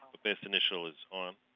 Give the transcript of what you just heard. the best initial is on.